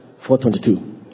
4:22